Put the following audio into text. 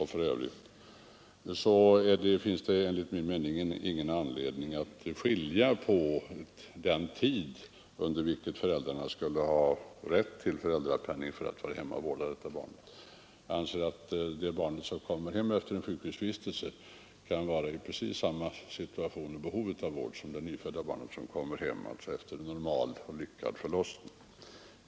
Då finns det enligt min mening ingen anledning att skilja på den tid under vilken föräldrarna skulle ha rätt till föräldrapenning för hemmavården av barnet. Jag anser att det barn som kommer hem efter en sjukhusvistelse är i precis samma behov av vård som det nyfödda barnet som kommer hem efter en normal och lyckad förlossning.